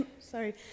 sorry